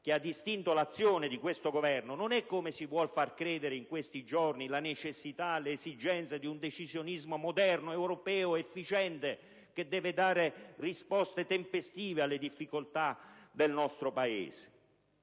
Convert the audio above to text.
che ha distinto l'azione di questo Governo. Non si tratta infatti - come si vuol far credere in questi giorni - dell'esigenza di un decisionismo moderno, europeo ed efficiente che deve dare risposte tempestive alle difficoltà del nostro Paese,